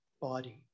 body